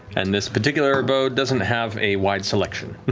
and this particular abode doesn't have a wide selection.